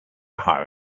hire